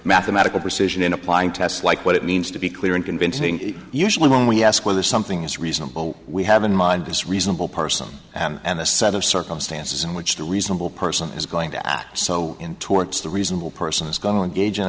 mathematical precision in applying tests like what it means to be clear and convincing usually when we ask whether something is reasonable we have in mind this reasonable person and this set of circumstances in which the reasonable person is going to act so in torrents the reasonable person is going to engage